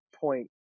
point